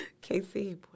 Casey